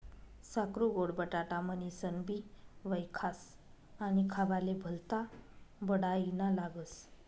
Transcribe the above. साकरु गोड बटाटा म्हनीनसनबी वयखास आणि खावाले भल्ता बडाईना लागस